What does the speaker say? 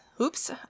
Oops